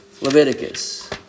Leviticus